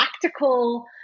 practical